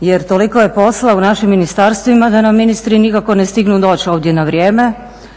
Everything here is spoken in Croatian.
jer toliko je posla u našim ministarstvima da nam ministri nikako ne stignu doći ovdje na vrijeme,